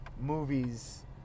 movies